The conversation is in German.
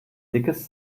dickes